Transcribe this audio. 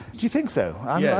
do you think so? i'm yeah